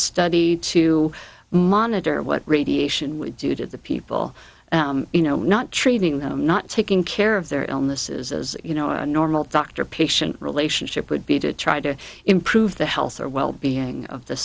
study to monitor what radiation would do to the people you know not treating them not taking where of their illnesses as you know a normal doctor patient relationship would be to try to improve the health or wellbeing of the